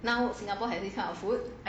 now singapore have this kind of food